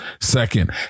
second